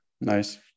Nice